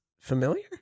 familiar